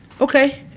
okay